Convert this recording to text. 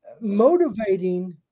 motivating